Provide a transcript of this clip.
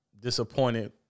disappointed